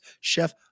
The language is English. chef